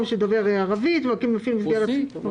שדובר ערבית ומפעיל מסגרת במקום שדובר רוסית.